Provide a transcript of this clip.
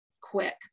quick